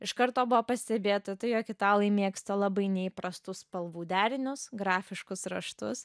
iš karto buvo pastebėta tai jog italai mėgsta labai neįprastų spalvų derinius grafiškus raštus